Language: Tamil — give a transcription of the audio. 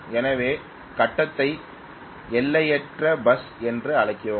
எனவே கட்டத்தை எல்லையற்ற பஸ் என்று அழைக்கிறோம்